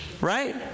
right